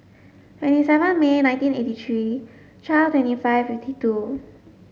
twenty seven May nineteen eighty three twelve twenty five fifty two